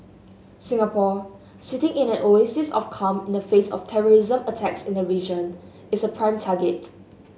Singapore sitting in an oasis of calm in the face of terrorism attacks in the region is a prime target